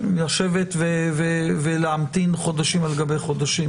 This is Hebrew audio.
לשבת ולהמתין חודשים על גבי חודשים.